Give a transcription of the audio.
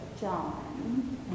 John